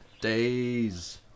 Days